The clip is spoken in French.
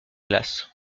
glace